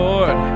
Lord